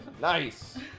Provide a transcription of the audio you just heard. Nice